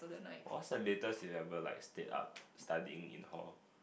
what's the latest you've ever liked stayed up studying in hall